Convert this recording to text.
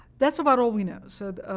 that's about all we know. so